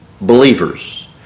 believers